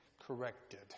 corrected